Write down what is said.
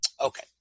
Okay